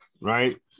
Right